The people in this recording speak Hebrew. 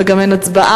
וגם אין הצבעה.